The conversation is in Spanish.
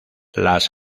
las